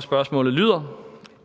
Spørgsmålet lyder: